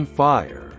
fire